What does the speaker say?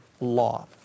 law